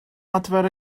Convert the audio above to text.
adfer